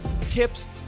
tips